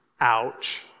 Ouch